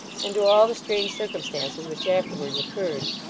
and to all the strange circumstances which afterwards occurred.